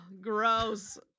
gross